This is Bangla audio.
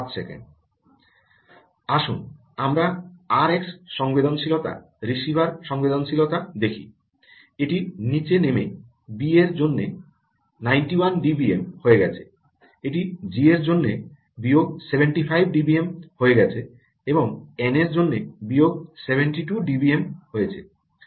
আসুন আমরা আর এক্স সংবেদনশীলতা রিসিভার সংবেদনশীলতাটি দেখি এটি নীচে নেমে বি এর জন্য বিয়োগ 91 ডিবিএম হয়ে গেছে এটি জি এর জন্য বিয়োগ 75 ডিবিএম হয়ে গেছে এবং এন এর জন্য বিয়োগ 72 ডিবিএম হয়েছে